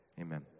amen